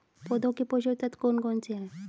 पौधों के पोषक तत्व कौन कौन से हैं?